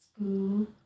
school